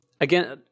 Again